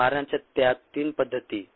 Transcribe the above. तर मारण्याच्या त्या 3 पद्धती